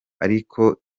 ariko